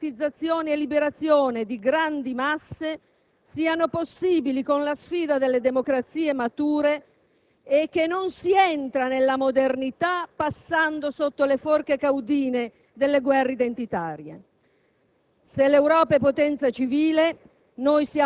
sulla speranza che processi di democratizzazione e liberazione di grandi masse siano possibili con la sfida delle democrazie mature e sull'affermazione che non si entra nella modernità passando sotto le forche caudine delle guerre identitarie.